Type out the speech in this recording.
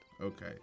Okay